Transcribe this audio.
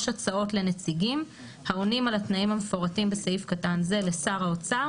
הצעות לנציגים העונים על התנאים המפורטים בסעיף קטן זה לשר האוצר.